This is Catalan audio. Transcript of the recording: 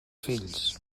fills